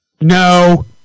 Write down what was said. No